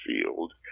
field